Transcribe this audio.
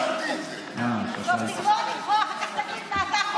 שקלתי את זה.